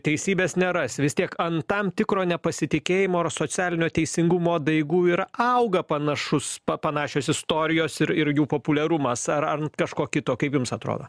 teisybės neras vis tiek ant tam tikro nepasitikėjimo ar socialinio teisingumo daigų yra auga panašus pa panašios istorijos ir ir jų populiarumas ar ant kažko kito kaip jums atrodo